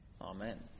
Amen